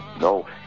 no